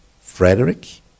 Frederick